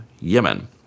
Yemen